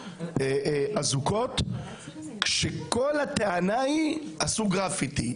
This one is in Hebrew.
אזוקות כאשר כל הטענה היא שעשתה גרפיטי,